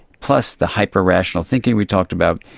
plus the hyper-rational thinking we talked about,